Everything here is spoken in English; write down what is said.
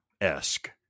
esque